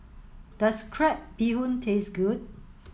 does crab bee hoon taste good